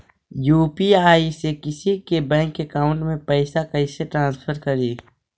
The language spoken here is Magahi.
यु.पी.आई से किसी के बैंक अकाउंट में पैसा कैसे ट्रांसफर करी?